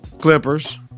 Clippers